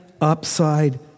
upside